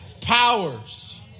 Powers